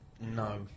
No